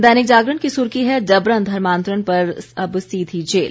दैनिक जागरण की सुर्खी है जबरन धर्मान्तरण पर अब सीधी जेल